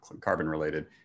carbon-related